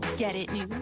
get it new.